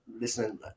listening